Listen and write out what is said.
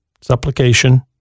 supplication